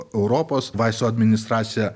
europos vaistų administracija